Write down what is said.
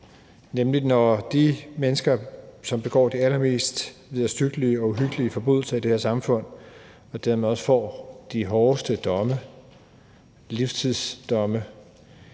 til de mennesker, som begår de allermest vederstyggelige og uhyggelige forbrydelser i det her samfund og dermed også får de hårdeste domme,